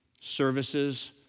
services